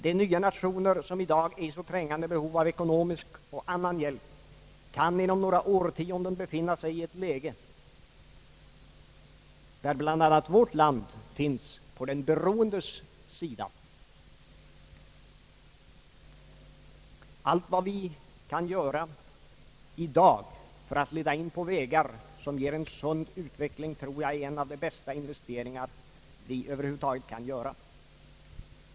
De nya nationer som i dag är i så trängande behov av ekonomisk och annan hjälp kan inom några årtionden befinna sig i ett läge där bl.a. vårt land finns på den beroendes sida. Allt vad vi kan göra i dag för att leda in på vägar som ger en sund utveckling tror jag är en av de bästa investeringar vi kan göra.